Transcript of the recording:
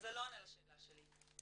לשאלה שלי.